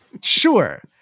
sure